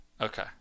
Okay